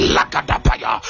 Lagadapaya